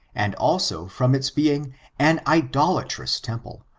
and also from its being an idolatrous temple,